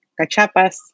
cachapas